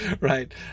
right